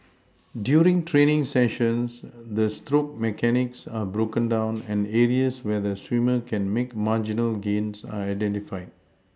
during training sessions the stroke mechanics are broken down and areas where the swimmer can make marginal gains are identified